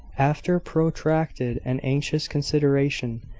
after protracted and anxious consideration,